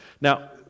Now